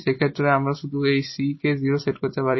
সেক্ষেত্রে আমরা শুধু এই C থেকে 0 সেট করতে পারি